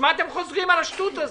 בשביל מה אתם חוזרים על השטות הזאת?